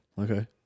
Okay